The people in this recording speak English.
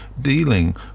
dealing